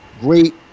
great